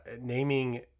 naming